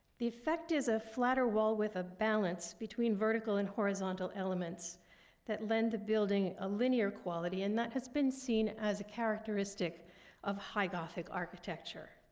the effect is a flatter wall with a balance between vertical and horizontal elements that lend the building a linear quality, and that has been seen as a characteristic of high gothic architecture.